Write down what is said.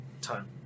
time